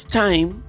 time